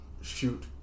shoot